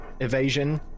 evasion